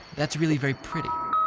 that is really very pretty